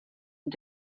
und